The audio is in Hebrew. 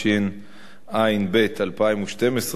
התשע"ב 2012,